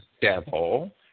devil